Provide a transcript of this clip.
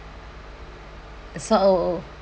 so